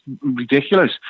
ridiculous